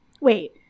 Wait